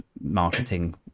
marketing